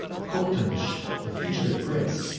toctamish, a fugitive prince,